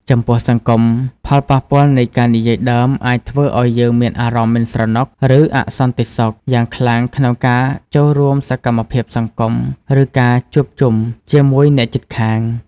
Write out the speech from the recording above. ចំពោះសង្គម ផលប៉ះពាល់នៃការនិយាយដើមអាចធ្វើឱ្យយើងមានអារម្មណ៍ មិនស្រណុក ឬអសន្តិសុខ យ៉ាងខ្លាំងក្នុងការចូលរួមសកម្មភាពសង្គម ឬការជួបជុំជាមួយអ្នកជិតខាង។